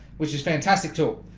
which is fantastic tool